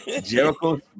Jericho